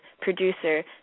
Producer